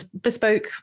Bespoke